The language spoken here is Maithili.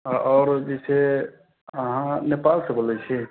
आओर जे छै अहाँ नेपाल सऽ बोलै छी